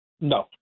No